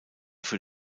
für